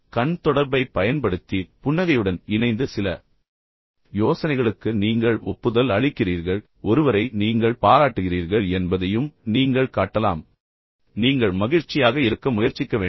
கண் தொடர்பைப் பயன்படுத்தி புன்னகையுடன் இணைந்து சில யோசனைகளுக்கு நீங்கள் ஒப்புதல் அளிக்கிறீர்கள் ஒருவரை நீங்கள் பாராட்டுகிறீர்கள் என்பதையும் நீங்கள் காட்டலாம் பின்னர் நீங்கள் மகிழ்ச்சியாக இருக்க முயற்சிக்க வேண்டும்